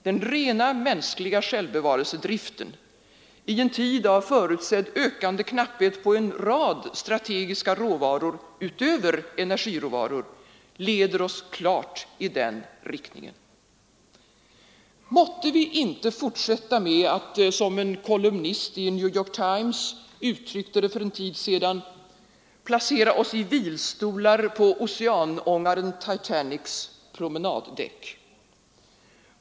Den rena mänskliga självbevarelsedriften i en tid av förutsedd ökande knapphet på en rad strategiska råvaror utöver energiråvaror leder oss klart i den riktningen. Måtte vi inte fortsätta med att, som en kolumnist i New York Times uttryckte det för en tid sedan, placera oss i vilstolar på oceanångaren Titanics promenaddäck.